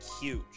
huge